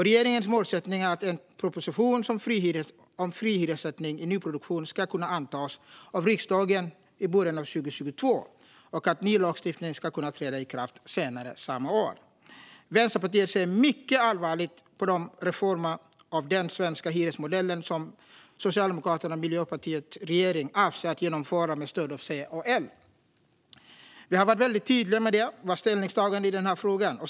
Regeringens målsättning är att en proposition om fri hyressättning i nyproduktion ska kunna antas av riksdagen i början av 2022 och att ny lagstiftning ska kunna träda i kraft senare samma år. Vänsterpartiet ser mycket allvarligt på de reformer av den svenska hyresmodellen som Socialdemokraterna och Miljöpartiet i regeringen avser att genomföra med stöd av C och L. Vi har varit väldigt tydliga med vårt ställningstagande i denna fråga.